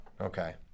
Okay